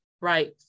right